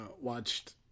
Watched